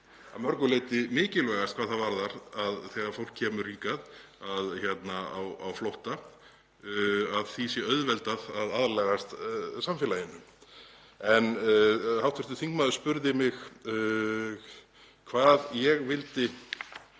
að mörgu leyti mikilvægast hvað það varðar þegar fólk kemur hingað á flótta, að því sé auðveldað að aðlagast samfélaginu. Hv. þingmaður spurði mig hvaða leiðir